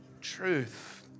truth